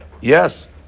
Yes